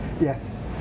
Yes